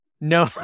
no